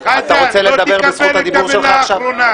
אתה רוצה לדבר בזכות הדיבור שלך עכשיו?